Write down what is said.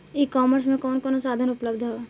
ई कॉमर्स में कवन कवन साधन उपलब्ध ह?